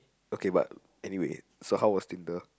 okay but anyway so how was Tinder